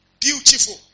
beautiful